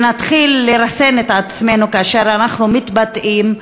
נתחיל לרסן את עצמנו כאשר אנחנו מתבטאים,